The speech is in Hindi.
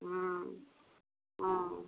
हाँ हाँ